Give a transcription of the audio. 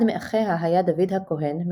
אחד מאחיה היה דוד הכהן,